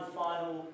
final